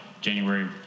January